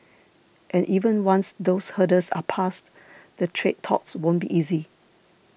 and even once those hurdles are passed the trade talks won't be easy